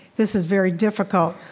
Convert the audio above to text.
this is very difficult.